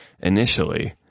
initially